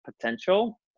potential